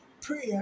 Prayer